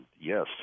yes